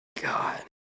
God